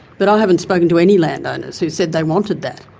but i haven't spoken to any landowners who said they wanted that.